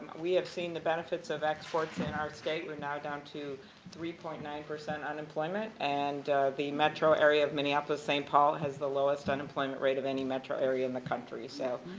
we have seen the benefit of exports in our state. we're now down to three point nine percent unemployment, and metro area of minneapolis, st. paul has the lowest unemployment rate of any metro area in the country. so,